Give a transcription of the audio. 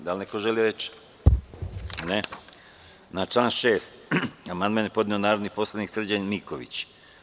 Da li neko želi reč?(Ne) Na član 6. amandman je podneo narodni poslanik Srđan Miković.